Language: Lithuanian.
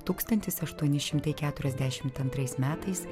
tūkstantis aštuoni šimtai keturiasdešimt antrais metais